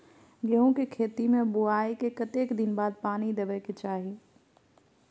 गेहूँ के खेती मे बुआई के कतेक दिन के बाद पानी देबै के चाही?